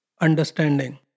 understanding